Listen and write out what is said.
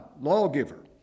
lawgiver